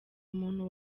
umuntu